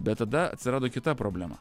bet tada atsirado kita problema